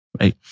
Right